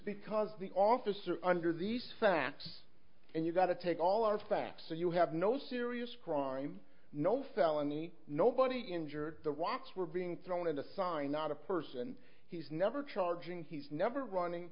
because the officer under these facts and you've got to take all our facts so you have no serious crime no felony nobody injured the rocks were being thrown into sign not a person he's never charging he's never running